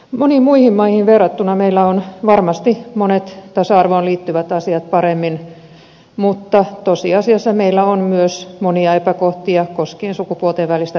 moniin muihin maihin verrattuna meillä ovat varmasti monet tasa arvoon liittyvät asiat paremmin mutta tosiasiassa meillä on myös monia epäkohtia koskien sukupuolten välistä tasa arvoa